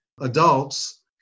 adults